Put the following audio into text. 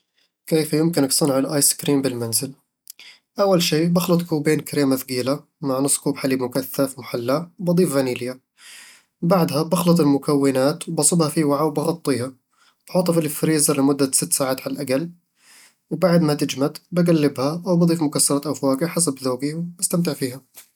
كيف يمكنك صنع الآيس كريم بالمنزل؟ أول شي، بخلط كوبين كريمة ثقيلة مع نص كوب حليب مكثف محلى وبضيف فانيليا بعدها، بخلط المكونات وبصبها في وعاء وبغطيها، و بحطها في الفريزر لمدة ستة ساعات على الأقل وبعد ما تجمد، بقلبها أو بضيف مكسرات أو فواكه حسب ذوقي وبستمتع فيها